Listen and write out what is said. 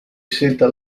scelta